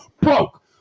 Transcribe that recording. broke